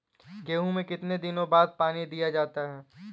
गेहूँ में कितने दिनों बाद पानी दिया जाता है?